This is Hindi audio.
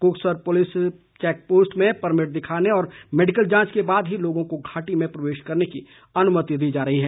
कोकसर पुलिस चैक पोस्ट में परमिट दिखाने और मैडिकल जांच के बाद ही लोगों को घाटी में प्रवेश करने की अनुमति दी जा रही है